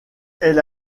elle